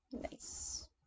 Nice